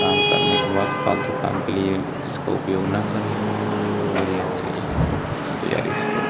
काम करने के बाद फालतू काम करने के लिए इसका उपयोग ना करें हमारी आपसे यही गुज़ारिश है